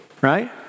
right